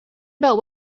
about